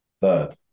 third